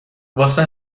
واسه